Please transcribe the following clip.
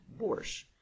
borscht